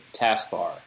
taskbar